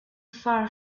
far